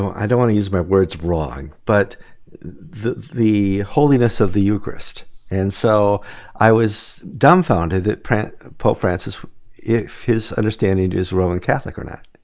i don't want to use my words wrong but the the holiness of the eucharist and so i was dumbfounded that pope francis if his understanding is roman catholic or not